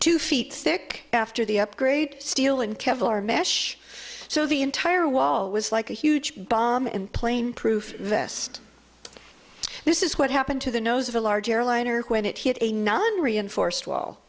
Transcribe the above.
two feet thick after the upgrade steel and kevlar mesh so the entire wall was like a huge bomb and plane proof vest this is what happened to the nose of a large airliner when it hit a non reinforced wall